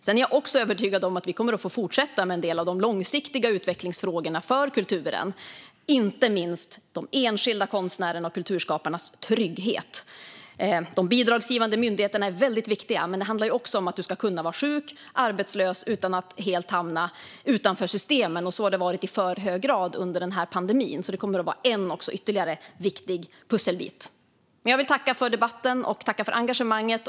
Sedan är jag övertygad om att vi kommer att få fortsätta med en del av de långsiktiga utvecklingsfrågorna för kulturen, inte minst de enskilda konstnärernas och kulturskaparnas trygghet. De bidragsgivande myndigheterna är väldigt viktiga, men det handlar också om att man ska kunna vara sjuk eller arbetslös utan att helt hamna utanför systemen. Så har det varit i alltför hög grad under pandemin, så det här kommer att vara ytterligare en viktig pusselbit. Jag vill tacka för debatten och för engagemanget.